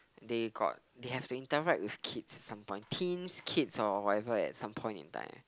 they got they have to interact with kids at some point teens kids or whatever at some point in time